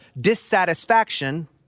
dissatisfaction